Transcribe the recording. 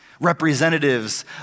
representatives